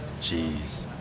Jeez